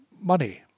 money